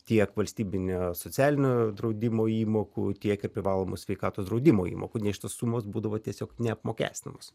tiek valstybinio socialinio draudimo įmokų tiek ir privalomų sveikatos draudimo įmokų ne iš tos sumos būdavo tiesiog neapmokestinamos